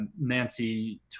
Nancy